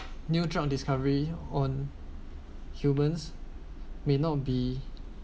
new drug discovery on humans may not be